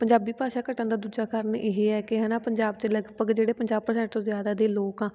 ਪੰਜਾਬੀ ਭਾਸ਼ਾ ਘਟਣ ਦਾ ਦੂਜਾ ਕਾਰਨ ਇਹ ਹੈ ਕਿ ਹੈ ਨਾ ਪੰਜਾਬ 'ਚ ਲਗਭਗ ਜਿਹੜੇ ਪੰਜਾਹ ਪਰਸੈਂਟ ਤੋਂ ਜ਼ਿਆਦਾ ਦੇ ਲੋਕ ਆ